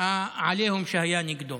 העליהום שהיה נגדו.